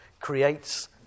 creates